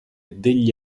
degli